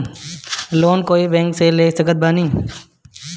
Loan कोई bank से ले सकत बानी?